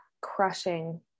crushing